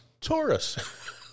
Taurus